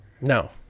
No